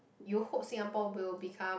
you hope Singapore will become